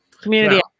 Community